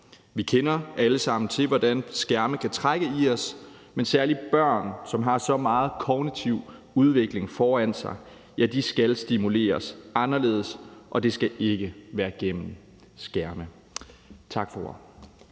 Vi kender alle sammen til, hvordan skærme kan trække i os, men særlig børn, som har så meget kognitiv udvikling foran sig, skal stimuleres anderledes, og det skal ikke være gennem skærme. Tak for